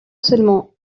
seulement